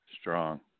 Strong